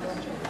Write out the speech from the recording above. לרשותך,